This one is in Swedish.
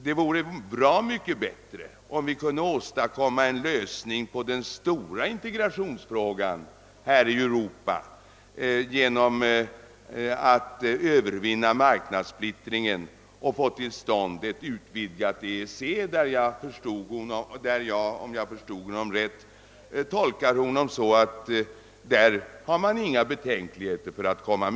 Det är bra mycket bättre, menade herr Hansson, om vi kan åstadkomma en lösning på den stora integrationsfrågan i Europa genom att övervinna marknadssplittringen och få en utvidgning av EEC till stånd. Om jag förstod herr Hansson rätt menade han att han därvidlag inte har några betänkligheter.